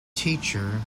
teacher